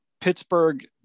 Pittsburgh